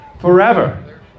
forever